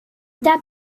dad